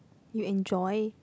you enjoy